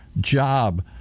job